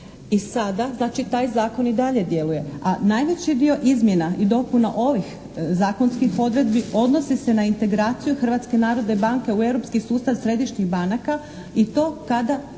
I sada znači taj zakon i dalje djeluje, a najveći dio izmjena i dopuna ovih zakonskih odredbi odnosi se na integraciju Hrvatske narodne banke u europski sustav središnjih banaka i to kada